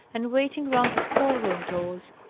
and waiting round the schoolroom doors.